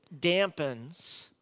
dampens